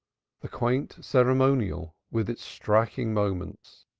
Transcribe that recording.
the quaint ceremonial with its striking moments,